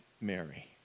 Mary